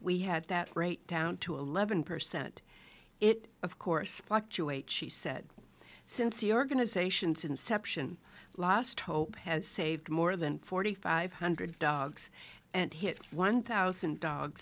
we had that rate down to eleven percent it of course fluctuate she said since the organization's inception last hope has saved more than forty five hundred dogs and hit one thousand dog